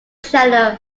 channel